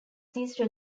these